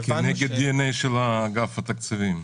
--- כנגד הדי-אן-איי של אגף התקציבים.